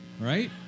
right